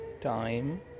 time